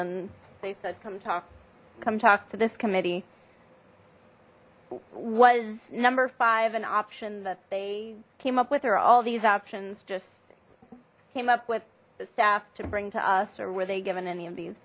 then they said come talk come talk to this committee was number five an option that they came up with her all these options just came up with staff to bring to us or were they given any of these